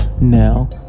Now